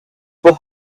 were